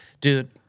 dude